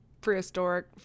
prehistoric